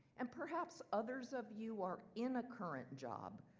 and perhaps others of you are in a current job,